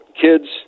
kids